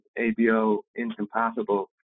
ABO-incompatible